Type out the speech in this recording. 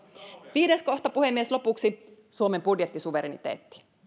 viides kohta puhemies lopuksi suomen budjettisuvereniteetti